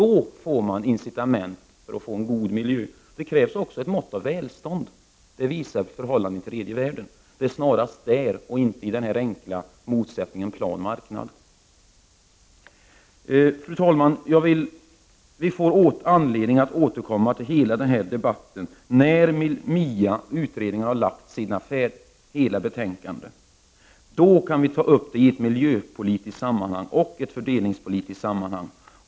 Då får man incitament för att skapa en god miljö. Det krävs också ett mått av välstånd. Det visar förhållandena i tredje världen. Det är snarast detta och inte den enkla motsättningen mellan planekonomi och marknadsekonomi som är betydelsefull. Fru talman! Vi får anledning att återkomma till den här debatten när MIA har lagt fram hela sitt betänkande. Då kan vi ta upp dessa frågor i ett miljöpolitiskt och ett fördelningspolitiskt sammanhang.